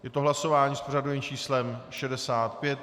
Je to hlasování s pořadovým číslem 65.